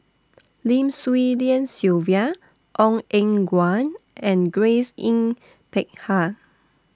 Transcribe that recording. Lim Swee Lian Sylvia Ong Eng Guan and Grace Yin Peck Ha